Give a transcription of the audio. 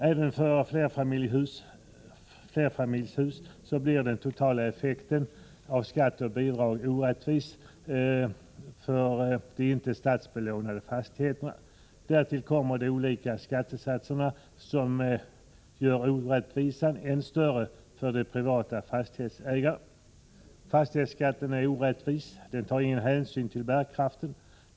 Även för flerfamiljshus blir den totala effekten av skatt och bidrag orättvis för de inte statsbelånade fastigheterna. Därtill kommer de olika skattesatserna, som gör orättvisan för den private fastighetsägaren än större. Fastighetsskatten är orättvis; den tar inga hänsyn till bärkraften.